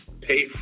pay